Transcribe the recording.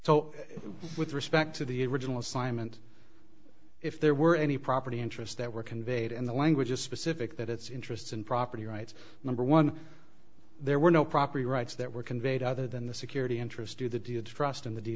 so with respect to the original assignment if there were any property interests that were conveyed in the language of specific that its interests and property rights number one there were no property rights that were conveyed other than the security interest to the dia trust in the d